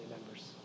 members